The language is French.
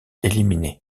éliminé